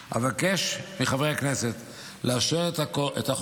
אבקש מחברי הכנסת לאשר את החוק,